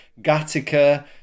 Gattaca